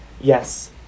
yes